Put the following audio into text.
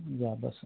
या बसा